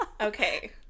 Okay